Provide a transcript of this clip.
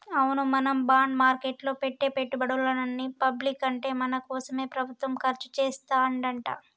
అవును మనం బాండ్ మార్కెట్లో పెట్టే పెట్టుబడులని పబ్లిక్ అంటే మన కోసమే ప్రభుత్వం ఖర్చు చేస్తాడంట